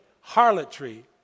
harlotry